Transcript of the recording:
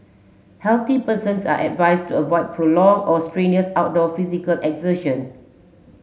healthy persons are advised to avoid prolonged or strenuous outdoor physical exertion